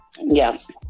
Yes